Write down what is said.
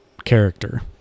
character